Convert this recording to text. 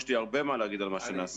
יש לי הרבה מה לומר על מה שנעשה.